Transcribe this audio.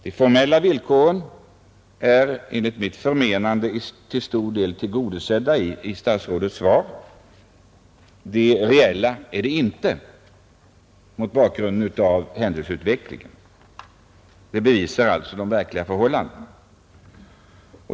De formella villkoren är enligt mitt förmenande till stor del tillgodosedda i statsrådets svar; de reella är det däremot inte, mot bakgrunden av händelseutvecklingen. Detta bevisar alltså de verkliga förhållandena.